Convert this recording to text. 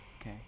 Okay